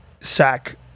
sack